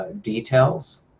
details